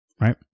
right